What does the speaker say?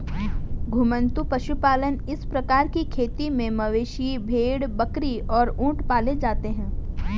घुमंतू पशुपालन इस प्रकार की खेती में मवेशी, भेड़, बकरी और ऊंट पाले जाते है